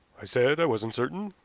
i said i wasn't certain,